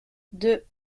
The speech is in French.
deux